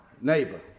neighbor